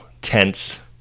tense